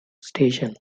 station